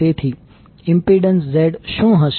તેથી impedance Z શું હશે